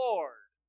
Lord